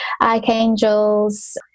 archangels